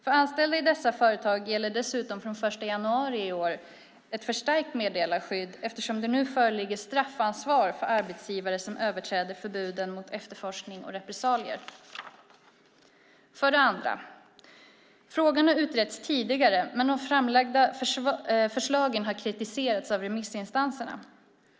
För anställda i dessa företag gäller dessutom från 1 januari i år ett förstärkt meddelarskydd, eftersom det nu föreligger straffansvar för arbetsgivare som överträder förbuden mot efterforskning och repressalier. För det andra: Frågan har utretts tidigare, men de framlagda förslagen har kritiserats av remissinstanserna.